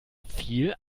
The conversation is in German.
viel